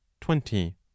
twenty